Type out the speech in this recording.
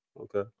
Okay